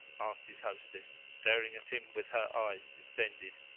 asked his hostess, staring at him with her eyes distended.